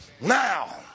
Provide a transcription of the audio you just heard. Now